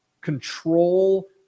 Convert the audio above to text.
control